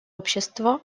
общество